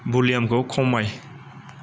भल्युमखौ खमाय